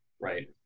Right